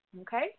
Okay